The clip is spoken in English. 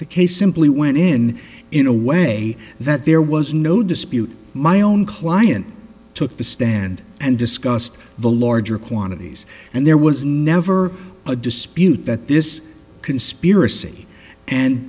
the case simply went in in a way that there was no dispute my own client took the stand and discussed the larger quantities and there was never a dispute that this conspiracy and